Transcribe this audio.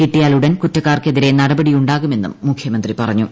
കിട്ടിയാൽ ഉടൻ കുറ്റക്കാർക്കെതിരെ നടപടിയുണ്ടാകുമെന്നും മുഖ്യമന്ത്രി പറഞ്ഞു